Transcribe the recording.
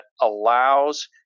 allows